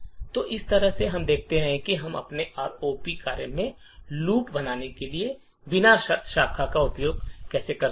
तो इस तरह से हम दिखाते हैं कि हम अपने आरओपी कार्यक्रमों में लूप बनाने के लिए बिना शर्त शाखा का उपयोग कैसे कर सकते हैं